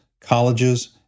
colleges